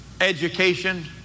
education